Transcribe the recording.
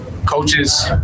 coaches